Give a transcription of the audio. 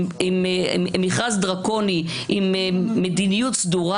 מכרז דרקוני עם מדיניות סגורה.